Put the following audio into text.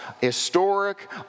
historic